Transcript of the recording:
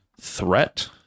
threat